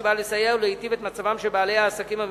שבאה לסייע ולהיטיב את מצבם של בעלי העסקים המפונים.